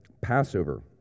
Passover